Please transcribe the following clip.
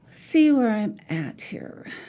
see where i'm at here.